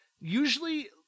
usually